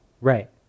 Right